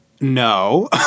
no